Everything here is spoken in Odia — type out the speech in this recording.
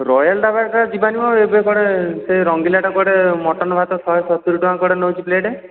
ରୟାଲ ଢାବାରେ ତା ଯିବାନି ମ ଏବେ କୁଆଡ଼େ ସେ ରଙ୍ଗିଲାଟା କୁଆଡ଼େ ମଟନ ଭାତ ଶହେ ସତୁରି ଟଙ୍କା କୁଆଡ଼େ ନେଉଛି ପ୍ଲେଟ